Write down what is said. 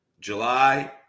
July